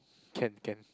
can can